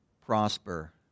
prosper